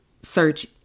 search